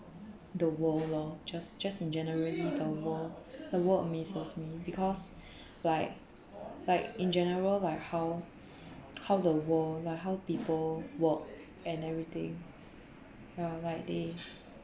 the world lor just just in generally the world the world amazes me because like like in general like how how the world like how people work and everything like they